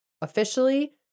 officially